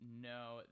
no